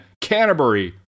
Canterbury